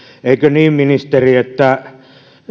eikö niin ministeri että